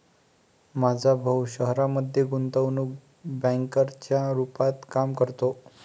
माझा भाऊ शहरामध्ये गुंतवणूक बँकर च्या रूपात काम करतो